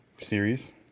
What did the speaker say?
series